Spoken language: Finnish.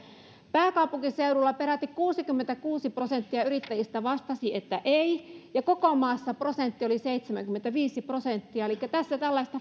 pääkaupunkiseudulla peräti kuusikymmentäkuusi prosenttia yrittäjistä vastasi ei ja koko maassa prosentti oli seitsemänkymmentäviisi prosenttia elikkä tässä tällaista